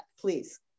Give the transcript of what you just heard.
please